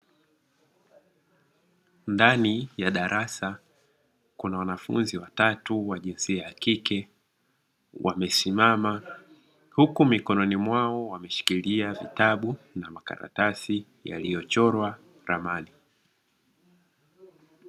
Ndani ya darasa kuna wanafunzi watatu wa jinsia ya kike, wamesimama huku mikononi mwao wameshikilia vitabu na makaratasi yaliyochorwa ramani.